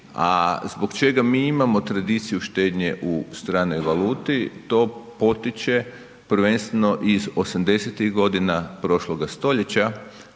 A zbog čega mi imamo tradiciju štednje u stranoj valuti? To potiče prvenstveno iz '80.-tih godina prošloga stoljeća